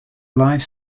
life